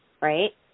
right